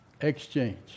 exchange